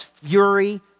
fury